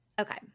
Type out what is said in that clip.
Okay